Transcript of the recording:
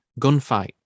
gunfight